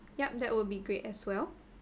yup that will be great as well